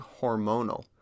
hormonal